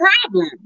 problem